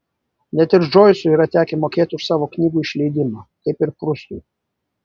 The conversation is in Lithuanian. net ir džoisui yra tekę mokėti už savo knygų išleidimą kaip ir prustui